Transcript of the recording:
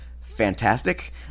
fantastic